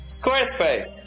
Squarespace